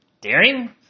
daring